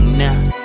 now